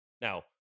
now